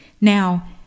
Now